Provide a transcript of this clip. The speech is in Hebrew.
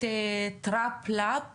בתוך הדו"ח